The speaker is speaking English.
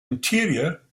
interior